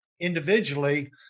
individually